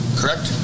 correct